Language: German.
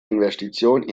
investition